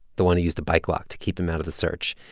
the one who used a bike lock to keep them out of the search.